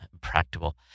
practical